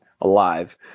alive